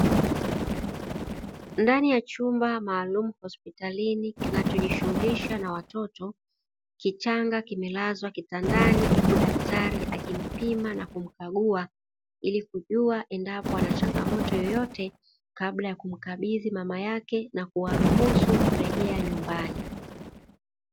Ndani ya chumba maaalumu hospitalini, kinachojishughulisha na watoto. Kichanga kimelazwa kitandani, huku daktari akimpima na kumkagua ili kujua endapo anachangamoto yoyote, kabla ya kumkabidhi mama yake na kuwaruhusu kurejea nyumbani.